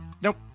Nope